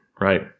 right